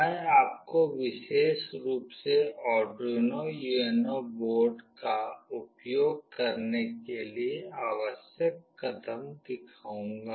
मैं आपको विशेष रूप से आर्डुइनो UNO बोर्ड का उपयोग करने के लिए आवश्यक कदम दिखाऊंगी